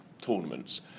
tournaments